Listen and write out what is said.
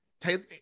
Taylor